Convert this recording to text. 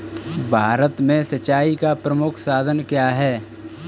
भारत में सिंचाई का प्रमुख साधन क्या है?